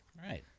Right